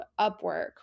Upwork